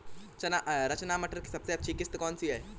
रचना मटर की सबसे अच्छी किश्त कौन सी है?